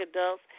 adults